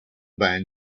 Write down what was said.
band